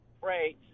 Great